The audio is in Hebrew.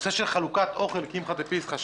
נושא של חלוקת אוכל קמחא דפסחא,